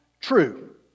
true